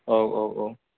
औ औ औ